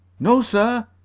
no, sir,